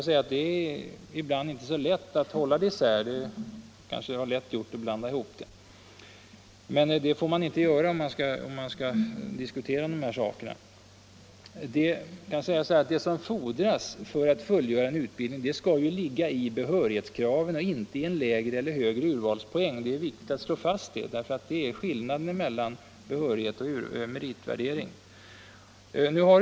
Ibland är det inte så lätt att hålla detta isär, men man får inte blanda ihop det när man skall diskutera dessa saker. Det som fordras för att fullgöra en utbildning skall ju ligga i behörighetskraven och inte i en lägre eller högre urvalspoäng. Det är viktigt att slå fast detta, för det är skillnaden mellan behörighet och meritvärdering.